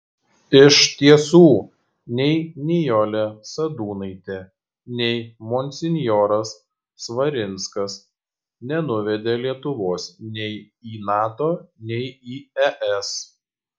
iš tiesų nei nijolė sadūnaitė nei monsinjoras svarinskas nenuvedė lietuvos nei į nato nei į es